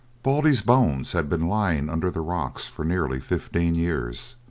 baldy's bones had been lying under the rocks for nearly fifteen years.